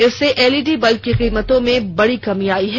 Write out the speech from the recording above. इससे LED bulb की कीमतों में बडी कमी आई है